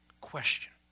Question